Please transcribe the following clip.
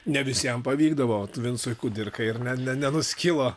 ne visiem pavykdavo vincui kudirkai ir ne ne nenuskilo